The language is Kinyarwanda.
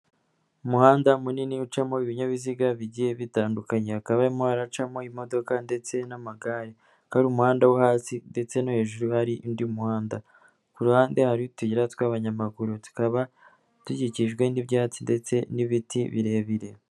Umuhanda munini ucamo ibinyabiziga bigiye bitandukanye hakaba harimo haracamo imodoka ndetse n'amagare, hakaba hari umuhanda wo hasi ndetse no hejuru hari undi muhanda, ku ruhande hari utuyira tw'abanyamaguru tukaba dukikijwe n'ibyatsi ndetse n'ibiti birebire.